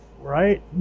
right